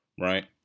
right